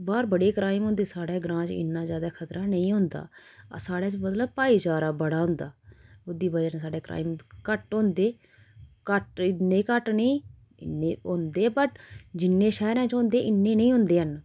बाह्र बड़े क्राइम होंदे साढ़े ग्रांऽ च इन्ना ज्यादा खतरा नेईं होंदा साढ़े च मतलब भाईचारा बड़ा होंदा ओह्दी बजह ने साढ़ै क्राइम घट्ट होंदे घट्ट इन्ने घट्ट नेईं होंदे बट जिन्ने शैह्रें च होंदे इन्ने नी होंदे हैन